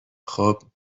خوب